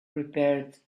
prepared